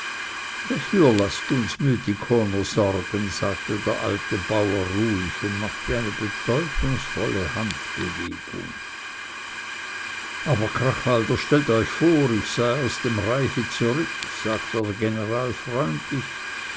dafür laßt uns mythikoner sorgen sagte der alte bauer ruhig und machte eine bedeutungsvolle handbewegung aber krachhalder stellt euch vor ich sei aus dem reiche zurück sagte der general freundlich